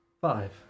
Five